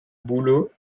bouleau